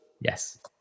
yes